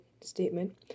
statement